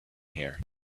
here